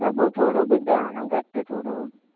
त पोइ थोरो ॿुधायो न घटि थोरो